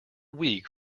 weak